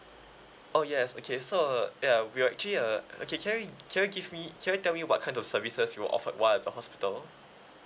oh yes okay so uh ya we'll actually uh okay can you can you give me can you tell me what kind of services you were offered while at the hospital